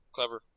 Clever